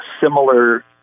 similar